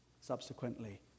Subsequently